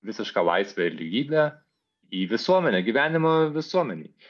visišką laisvę ir lygybę į visuomenę gyvenimą visuomenėj